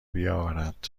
بیاورد